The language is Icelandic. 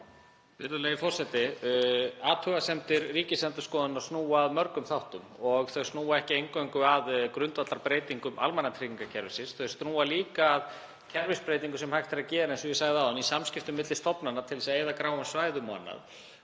Virðulegi forseti. Athugasemdir Ríkisendurskoðunar snúa að mörgum þáttum og þær snúa ekki eingöngu að grundvallarbreytingum almannatryggingakerfisins. Þær snúa líka að kerfisbreytingum sem hægt er að gera, eins og ég sagði áðan, í samskiptum milli stofnana til þess að eyða gráum svæðum